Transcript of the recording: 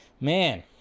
man